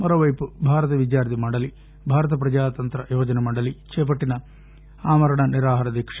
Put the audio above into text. మరోపైపు భారత విద్యార్థి మండలి భారత ప్రజాతంత్ర యువజన మండలి చేపట్టిన ఆమరణ నిరాహారదీక